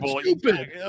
Stupid